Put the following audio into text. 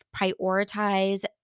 prioritize